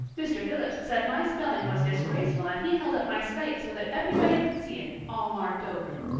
mr. phillips said my spelling was disgraceful and he held up my slate so that everybody could see it, all marked over.